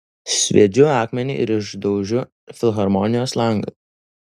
sviedžiu akmenį ir išdaužiu filharmonijos langą